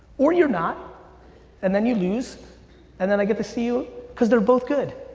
or you're not and then you lose and then i get to see you cause they're both good.